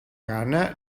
gana